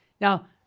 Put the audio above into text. Now